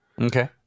Okay